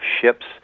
ships